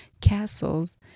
castles